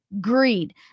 greed